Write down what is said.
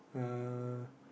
uh